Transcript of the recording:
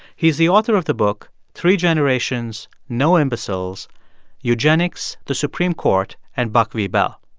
he's the author of the book three generations, no imbeciles eugenics, the supreme court, and buck v. bell.